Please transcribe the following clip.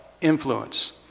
influence